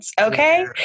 okay